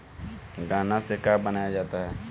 गान्ना से का बनाया जाता है?